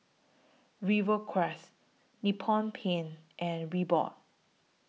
Rivercrest Nippon Paint and Reebok